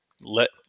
let